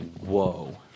Whoa